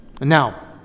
Now